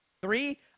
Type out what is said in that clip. Three